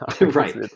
Right